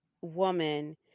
woman